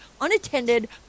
unattended